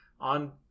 on